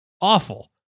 awful